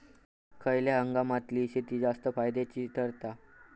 खयल्या हंगामातली शेती जास्त फायद्याची ठरता?